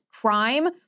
crime